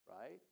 right